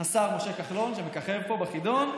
השר משה כחלון, שמככב פה בחידון,